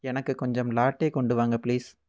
எனக்கு கொஞ்சம் லாட்டே கொண்டு வாங்க பிளீஸ்